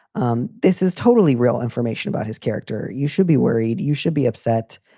um this is totally real information about his character. you should be worried. you should be upset.